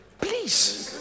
please